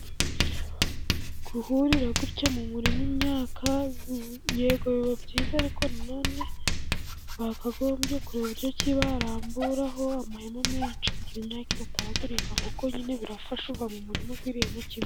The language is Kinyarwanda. Guhurira gutya mu murimo imyaka, yego biba byiza ariko nanone bakagombye kureba uburyo ki baramburaho amahema menshi, kugira imyaka idataragurika kuko nyine birafasha uva mu murima uviriyemo rimwe.